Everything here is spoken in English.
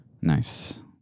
Nice